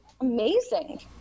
amazing